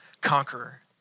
conqueror